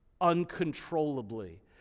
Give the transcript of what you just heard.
uncontrollably